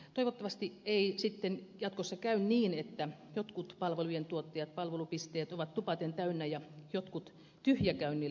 toivottavasti ei sitten jatkossa käy niin että jotkut palvelujen tuottajat palvelupisteet ovat tupaten täynnä ja jotkut tyhjäkäynnillä